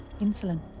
Insulin